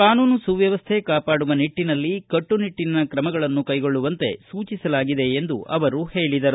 ಕಾನೂನು ಸುವ್ಧವಸ್ಥೆ ಕಾಪಾಡುವ ನಿಟ್ಟನಲ್ಲಿ ಕಟ್ಟುನಿಟ್ಟನ ಕ್ರಮಗಳನ್ನು ಕೈಗೊಳ್ಳುವಂತೆ ಸೂಚಿಸಲಾಗಿದೆ ಎಂದು ಅವರು ಹೇಳಿದರು